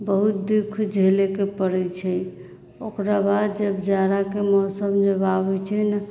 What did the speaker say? बहुत दुःख झेलैके पड़ैत छै ओकरा बाद जाड़ाके मौसम जब आबै छै ने